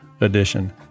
edition